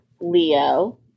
Leo